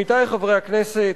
עמיתי חברי הכנסת,